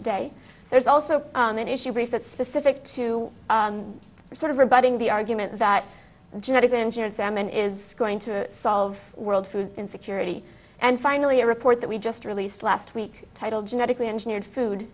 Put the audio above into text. today there's also an issue brief that's specific to sort of rebutting the argument that genetically engineered salmon is going to solve world food insecurity and finally a report that we just released last week titled genetically engineered food